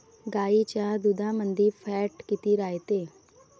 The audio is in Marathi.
गाईच्या दुधामंदी फॅट किती रायते?